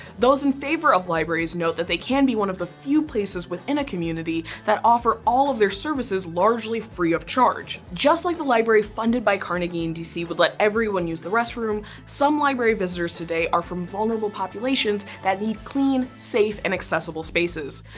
those in favor of libraries note that they can be one of the few places within a community that offer all of their services largely free of charge. just like the library funded by carnegie in dc would let everyone use the restroom, some library visitors today are from vulnerable populations that need clean, safe, and accessible spaces.